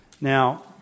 Now